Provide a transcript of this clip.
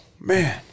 Man